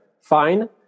fine